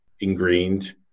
ingrained